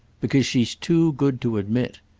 because she's too good to admit!